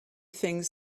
things